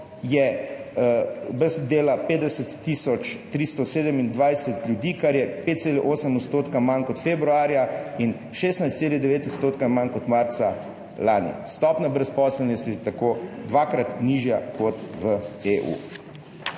je brez dela 50 tisoč 327 ljudi, kar je 5,8 % manj kot februarja in 16,9 % manj kot marca lani. Stopnja brezposelnosti je tako dvakrat nižja kot v EU.